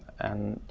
and